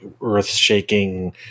earth-shaking